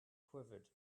quivered